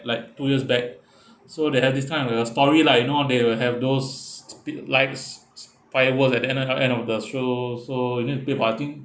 like two years back so they have this kind of uh story like you know they will have those stupid lights firework at the end uh end of the show so you need to pay parking